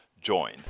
join